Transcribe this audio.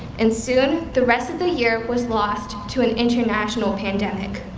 and soon, the rest of the year was lost to an international pandemic.